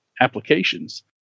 applications